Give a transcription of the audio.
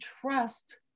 trust